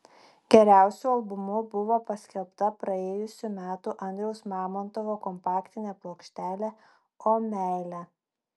geriausiu albumu buvo paskelbta praėjusių metų andriaus mamontovo kompaktinė plokštelė o meile